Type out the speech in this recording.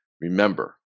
Remember